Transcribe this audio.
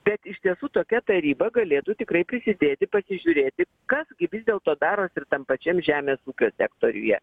bet iš tiesų tokia taryba galėtų tikrai prisidėti pasižiūrėti kas gi vis dėlto daros ir tam pačiam žemės ūkio sektoriuje